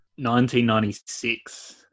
1996